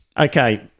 Okay